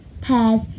pears